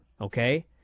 Okay